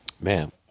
Man